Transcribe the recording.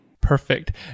Perfect